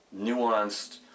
nuanced